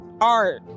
art